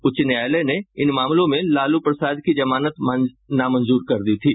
उच्च न्यायालय ने इन मामलों में लालू प्रसाद की जमानत नामंजूर कर दी थी